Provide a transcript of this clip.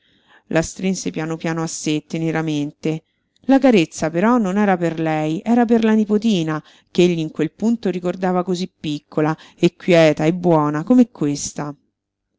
la strinse piano piano a sé teneramente la carezza però non era per lei era per la nipotina ch'egli in quel punto ricordava cosí piccola e quieta e buona come questa